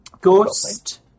Ghost